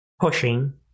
pushing